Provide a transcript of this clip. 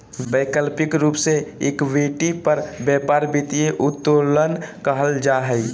वैकल्पिक रूप से इक्विटी पर व्यापार वित्तीय उत्तोलन कहल जा हइ